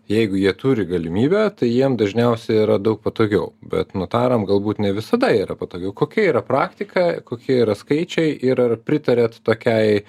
jeigu jie turi galimybę tai jiem dažniausia yra daug patogiau bet nutarėm galbūt ne visada yra patogiau kokia yra praktika kokie yra skaičiai ir ar pritariat tokiai